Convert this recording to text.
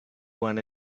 wanna